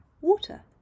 water